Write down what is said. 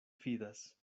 fidas